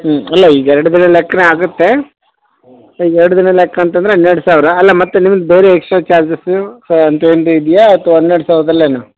ಹ್ಞೂ ಅಲ್ಲ ಈಗ ಎರ್ಡು ದಿನ ಲೆಕ್ಕವೇ ಆಗುತ್ತೆ ಈಗ ಎರ್ಡು ದಿನ ಲೆಕ್ಕ ಅಂತಂದ್ರೆ ಹನ್ನೆರಡು ಸಾವಿರ ಅಲ್ಲ ಮತ್ತು ನಿಮ್ದು ಬೇರೆ ಎಕ್ಸ್ಟ್ರಾ ಚಾರ್ಜಸ್ಸು ಅಂತ ಏನಾರು ಇದೆಯಾ ಅಥ್ವಾ ಹನ್ನೆರಡು ಸಾವಿರದಲ್ಲೆಯಾ